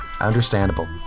Understandable